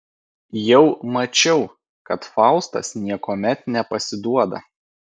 jau mačiau kad faustas niekuomet nepasiduoda